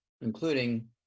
including